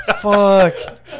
Fuck